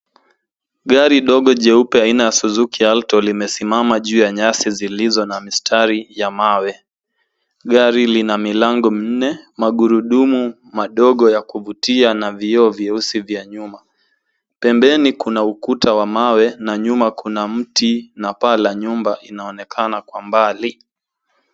Gari dogo jeupe aina ya suzuki alto limesimama juu ya nyasi zilizo na mistari ya mawe. Gari lina milango minne, magurudumu madogo ya kuvutia na vioo vieusi vya nyuma. Pembeni kuna ukuta wa mawe na nyuma kuna mti na paa la nyumba inaonekana kwa mbali.